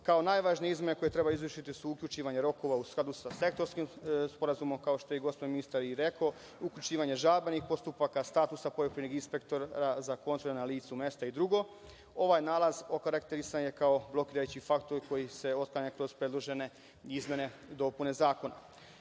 Kao najvažnije izmene koje se trebaju izvršiti su uključivanje rokova u skladu sa Sektorskim sporazumom, kao što je gospodin ministar i rekao, uključivanje žalbenih postupaka, statusa poljoprivrednih inspektora za konzularna lica i drugo. Ovaj nalaz okarakterisan je kao blokirajući faktor koji se ostvaruje kroz predložene izmene i dopune